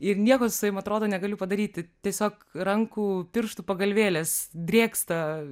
ir nieko su savim atrodo negaliu padaryti tiesiog rankų pirštų pagalvėlės drėksta